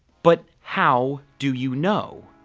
but how do you know?